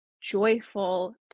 joyful